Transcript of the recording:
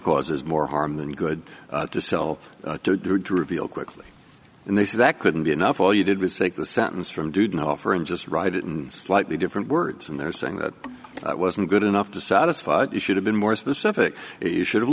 causes more harm than good to sell reveal quickly and they say that couldn't be enough all you did was take the sentence from didn't offer and just write it in slightly different words and they're saying that wasn't good enough to satisfy you should have been more specific you should have